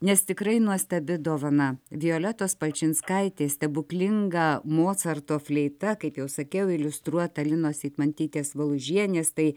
nes tikrai nuostabi dovana violetos palčinskaitės stebuklinga mocarto fleita kaip jau sakiau iliustruota linos eitmantytės valužienės tai